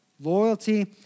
Loyalty